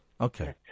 Okay